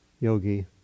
yogi